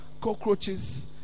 cockroaches